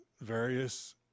various